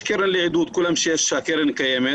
יש קרן לעידוד --- הקרן קיימת,